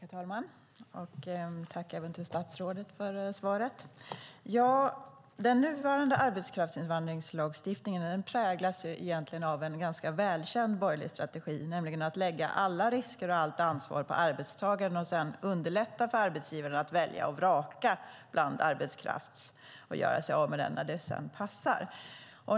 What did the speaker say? Herr talman! Jag tackar statsrådet för svaret. Den nuvarande arbetskraftsinvandringslagstiftningen präglas av en ganska välkänd borgerlig strategi, nämligen att lägga alla risker och ansvar på arbetstagaren och underlätta för arbetsgivarna att välja och vraka bland arbetskraften och sedan göra sig av med den när det passar.